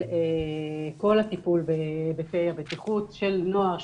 כל הטיפול בהיבטי הבטיחות של נוער,